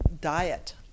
diet